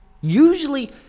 usually